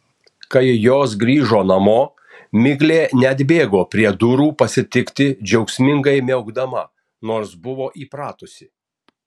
kai jos grįžo namo miglė neatbėgo prie durų pasitikti džiaugsmingai miaukdama nors buvo įpratusi